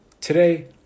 Today